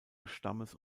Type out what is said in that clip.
stammes